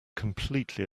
completely